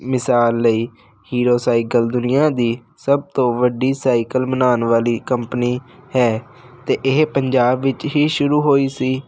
ਮਿਸਾਲ ਲਈ Hero cycle ਦੁਨੀਆਂ ਦੀ ਸਭ ਤੋਂ ਵੱਡੀ ਸਾਈਕਲ ਬਣਾਉਣ ਵਾਲੀ ਕੰਪਨੀ ਹੈ ਅਤੇ ਇਹ ਪੰਜਾਬ ਵਿੱਚ ਹੀ ਸ਼ੁਰੂ ਹੋਈ ਸੀ